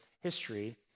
history